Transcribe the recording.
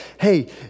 hey